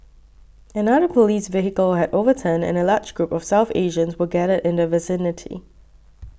another police vehicle had overturned and a large group of South Asians were gathered in the vicinity